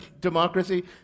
democracy